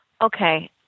Okay